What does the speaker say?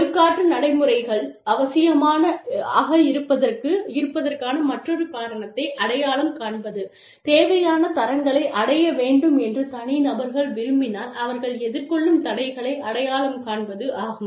ஒழுக்காற்று நடைமுறைகள் அவசியமாக இருப்பதற்கான மற்றொரு காரணத்தை அடையாளம் காண்பது தேவையான தரங்களை அடைய வேண்டும் என்று தனிநபர்கள் விரும்பினால் அவர்கள் எதிர்கொள்ளும் தடைகளை அடையாளம் காண்பது ஆகும்